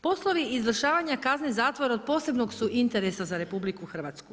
Poslovi izvršavanja kazne zatvora od posebnog su interesa za RH.